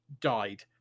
Died